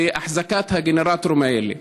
בהחזקת הגנרטורים האלה.